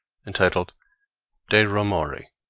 entitled de' romori